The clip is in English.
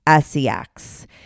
sex